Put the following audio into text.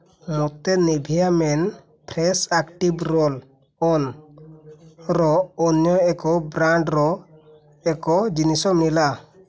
ମୋତେ Nivea men fresh active ରୋଲ୍ଅନ୍ର ଅନ୍ୟ ଏକ ବ୍ରାଣ୍ଡ୍ର ଏକ ଜିନିଷ ମିଳିଲା